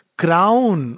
crown